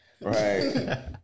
Right